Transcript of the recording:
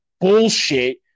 bullshit